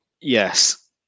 Yes